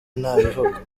ntabivuga